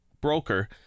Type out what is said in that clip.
broker